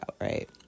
Right